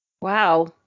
Wow